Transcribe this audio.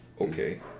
okay